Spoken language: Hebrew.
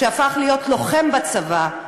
שהפך להיות לוחם בצבא,